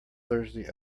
thursday